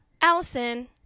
Allison